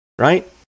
right